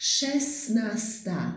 Szesnasta